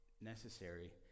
necessary